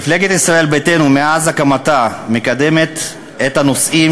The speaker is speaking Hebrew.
מפלגת ישראל ביתנו מאז הקמתה מקדמת נושאים